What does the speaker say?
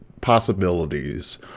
possibilities